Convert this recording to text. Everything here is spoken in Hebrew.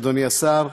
אדוני השר,